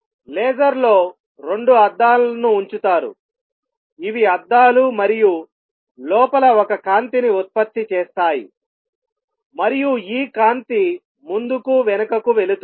లేజర్లో రెండు అద్దాలను ఉంచుతారు ఇవి అద్దాలు మరియు లోపల ఒక కాంతిని ఉత్పత్తి చేస్తాయి మరియు ఈ కాంతి ముందుకు వెనుకకు వెళుతుంది